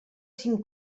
cinc